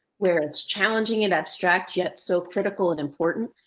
where it's challenging and abstract yet so critical and important.